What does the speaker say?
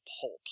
pulp